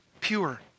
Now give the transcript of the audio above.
pure